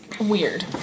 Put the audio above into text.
Weird